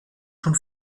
schon